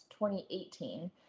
2018